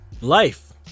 Life